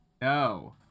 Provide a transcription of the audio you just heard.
No